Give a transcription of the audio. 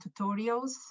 tutorials